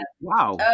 Wow